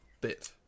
bit